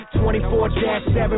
24-7